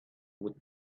would